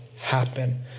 happen